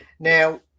Now